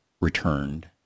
returned